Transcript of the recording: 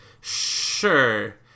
sure